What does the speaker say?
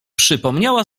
przypomniała